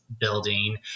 building